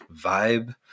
vibe